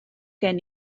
gen